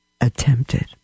attempted